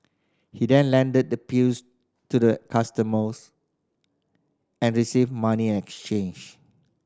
he then handed the pills to the customers and received money exchange